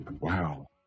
Wow